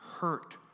hurt